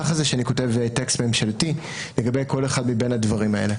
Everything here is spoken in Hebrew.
ככה זה כשאני כותבת טקסט ממשלתי לגבי כל אחד מבין הדברים האלה.